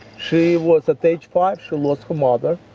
she was at age five, she lost her mother,